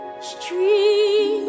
street